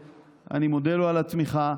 ואני מודה לו על התמיכה,